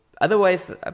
otherwise